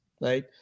right